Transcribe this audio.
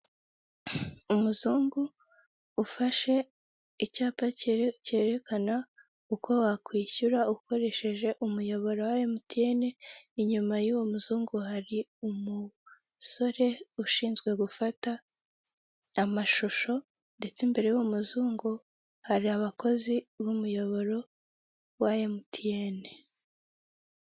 Ahantu muri sale haherereye abantu baje kwamamaza ibintu byabo by'ibicuruzwa ku ruhande imbere yabo hari abantu bari kubireba banareba uburyo bikorwa .